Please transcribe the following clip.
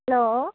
hello